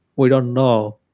we don't know.